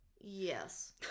Yes